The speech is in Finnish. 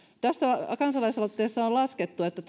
tässä kansalaisaloitteessa on laskettu että